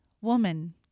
Woman